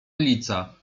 ulica